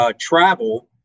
travel